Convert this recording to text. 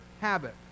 habit